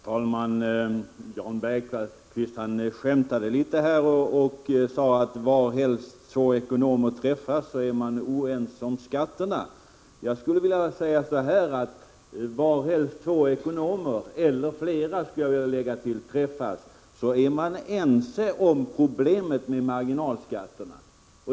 Herr talman! Jan Bergqvist skämtade litet och sade att varhelst två ekonomer träffas är de oense om skatterna. Jag skulle vilja uttrycka det så, att varhelst två — eller flera — ekonomer träffas är de ense om problemet med marginalskatterna.